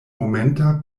momenta